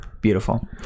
Beautiful